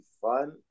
fun